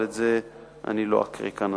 אבל את זה אני לא אקריא כאן.